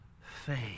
faith